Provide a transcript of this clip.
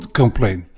complain